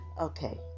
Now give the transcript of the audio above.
Okay